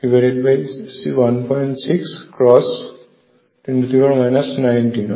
অর্থাৎ প্রায় 05×10 1816×10 19 electron volt হয়